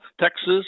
Texas